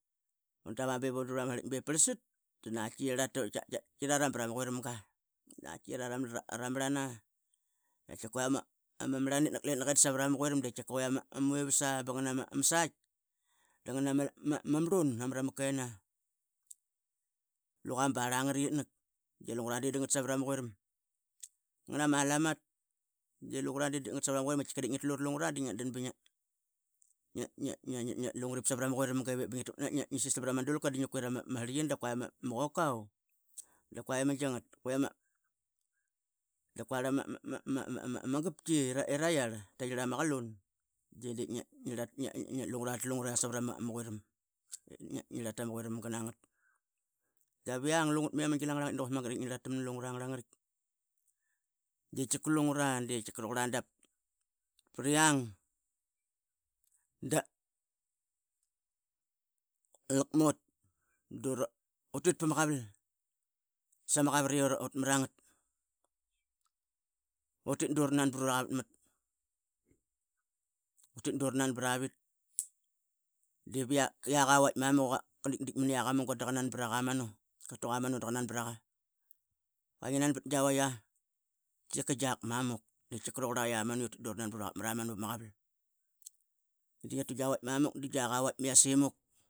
Bep prlasat da nakatki lararam prama quiramga, tki raram nara marlan, tukuqne lama marlan savra ma quiram, ia uivas bangana ma saitk dangana ma marlun nomara ma ken luqa ma barl a ngaratkinak ngana malamat lungura savara ma quiram ba katkika di ngi tlu rulungura dingia dan sangat savra ma quiram Ip bingi sistam prama dulka ma sirlitini, da qua ima qokan da qua iama gaptki ira iarliama kalun di dip lungara savra ma quiram. Daviang lungut ma ia ma gil angarlaritk di quasik magat ip ngia rlatam nanga rangavitk ditkika lungura ditkika rauqura Dap priang da lakmot dutit pama qaval sama qavat yutmarangat utit duranan prura qavatmat utit durnan bat avit divlak avaitk mamule iqa ditdit mana ma munga da qa tkika rauqura ia manu utit duranan prova qavatmat amanupama qaval. Davuratal luqu ama qavatka diurtal ama tienga iama raqtamgautit durnan pruraqavatmat tkika gravit ama qnlanget di giaq avit tkika tkika rauqura la manu davutnasa marura gatta. Datngia tal nqna ma smas sikaiartang itnani kuku di simanu sapma qaval de ngiate a giavait mamuk da giak auit mayase muk.